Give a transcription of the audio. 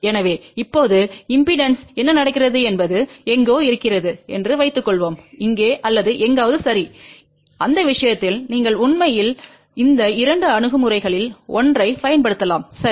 எனவே இப்போது இம்பெடன்ஸ் என்ன நடக்கிறது என்பது எங்கோ இருக்கிறது என்று வைத்துக்கொள்வோம் இங்கே அல்லது எங்காவது சரி அந்த விஷயத்தில் நீங்கள் உண்மையில் இந்த இரண்டு அணுகுமுறைகளில் ஒன்றைப் பயன்படுத்தலாம் சரி